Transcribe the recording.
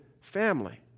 family